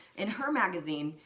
in her magazine,